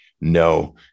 no